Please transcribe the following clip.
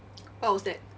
what was that